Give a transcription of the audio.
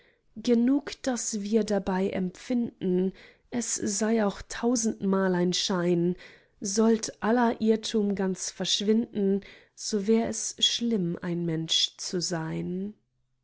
genug daß wir dabei empfinden es sei auch tausendmal ein schein sollt aller irrtum ganz verschwinden so wär es schlimm ein mensch zu sein